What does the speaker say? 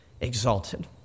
exalted